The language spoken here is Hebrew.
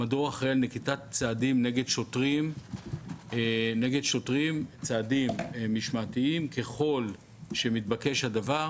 המדור אחראי על נקיטת צעדים משמעתיים נגד שוטרים ככל שמתבקש הדבר